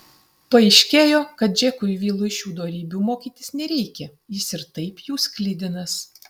paaiškėjo kad džekui vilui šių dorybių mokytis nereikia jis ir taip jų sklidinas